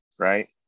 Right